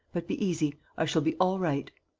but be easy i shall be all right.